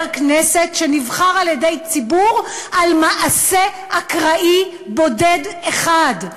כנסת שנבחר על-ידי ציבור על מעשה אקראי בודד אחד?